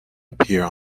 appear